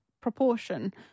proportion